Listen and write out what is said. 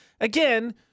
again